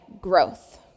growth